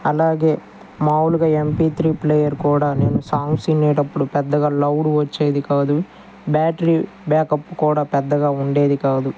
అలాగే మాముల్గా MP three player కూడా నేను సాంగ్స్ వినేటపుడు పెద్దగా లౌడ్ వచ్చేది కాదు బ్యాటరీ బ్యాకప్ కూడా పెద్దగా ఉండేది కాదు